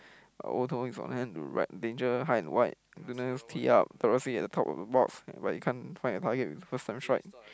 is on right in danger high and wide top of the box but he can't find a target to strike